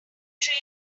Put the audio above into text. train